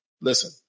listen